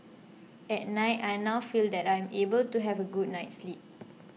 at night I now feel that I am able to have a good night's sleep